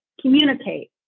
communicate